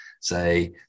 say